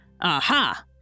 Aha